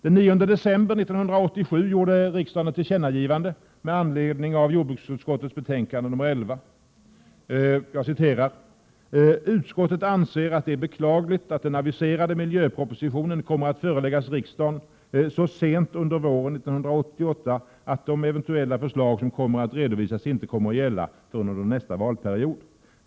Den 9 december 1987 gjorde riksdagen ett tillkännagivande med anledning av jordbruksutskottets betänkande 1987/88:11: ”Utskottet anser att det är beklagligt att den aviserade miljöpropositionen kommer att föreläggas riksdagen så sent under våren 1988 att de eventuella förslag som kommer att redovisas inte kommer att gälla förrän under nästa valperiod.